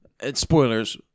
spoilers